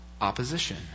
opposition